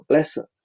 Lesson